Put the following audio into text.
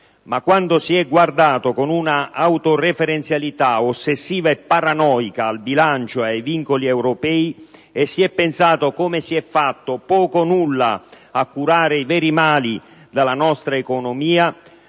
ma quando si è guardato con un'autoreferenzialità ossessiva e paranoica al bilancio e ai vincoli europei e si è pensato, come si è fatto, poco o nulla a curare i veri mali della nostra economia,